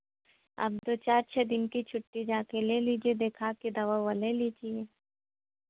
आप दो चार छे दिन की छुट्टी जा कर ले लीजिए दिखा कर दवा उवा ले लीजिए